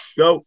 go